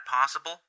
possible